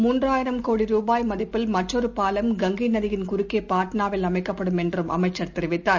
மூன்றாயிரம் கோடி ரூபாய் மதிப்பில் மற்றொருபாலம் கங்கைநதியின் குறுக்கேபாட்னாவில் அமைக்கப்படும் என்றுஅமை்சசர் கூறினார்